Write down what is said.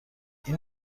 این